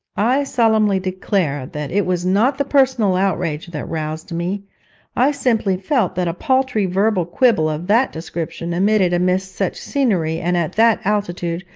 i solemnly declare that it was not the personal outrage that roused me i simply felt that a paltry verbal quibble of that description, emitted amidst such scenery and at that altitude,